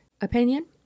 opinion